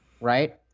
right